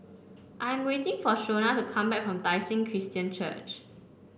I am waiting for Shona to come back from Tai Seng Christian Church